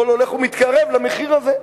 הכול הולך ומתקרב למחיר הזה.